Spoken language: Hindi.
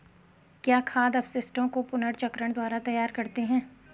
क्या खाद अपशिष्टों को पुनर्चक्रण द्वारा तैयार करते हैं?